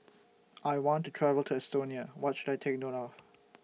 I want to travel to Estonia What should I Take note of